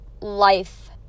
life